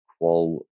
qual